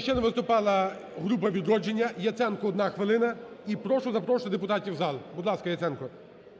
ще не виступала група "Відродження". Яценко, одна хвилина. І прошу запрошувати депутатів в зал. Будь ласка, Яценко.